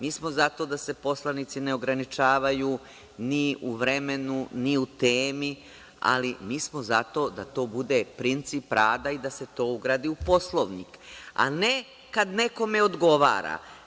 Mi smo za to da se poslanici ne ograničavaju ni u vremenu, ni u temi, ali mi smo za to da bude princip rada i da se to ugradi u Poslovnik, a ne kad nekome odgovara.